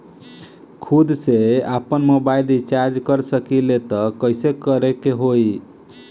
खुद से आपनमोबाइल रीचार्ज कर सकिले त कइसे करे के होई?